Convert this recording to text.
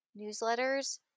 newsletters